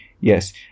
Yes